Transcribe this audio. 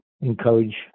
encourage